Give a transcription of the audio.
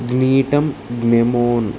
గ్నీటం జ్ఞెమోన్